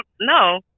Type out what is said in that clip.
no